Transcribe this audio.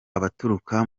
abaturuka